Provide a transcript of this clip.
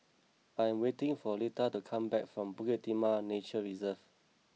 I am waiting for Lita to come back from Bukit Timah Nature Reserve